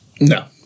No